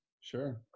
Sure